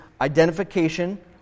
identification